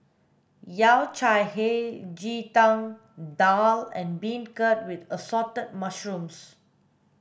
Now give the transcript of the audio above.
yao cai hei ji tang daal and beancurd with assorted mushrooms